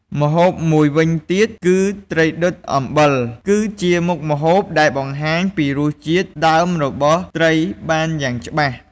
ម្ហូបមួយវិញទៀត គឺត្រីដុតអំបិល គឺជាមុខម្ហូបដែលបង្ហាញពីរសជាតិដើមរបស់ត្រីបានយ៉ាងច្បាស់។